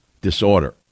disorder